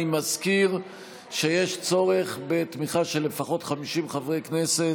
אני מזכיר שיש צורך בתמיכה של לפחות 50 חברי כנסת,